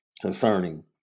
concerning